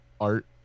art